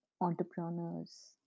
entrepreneurs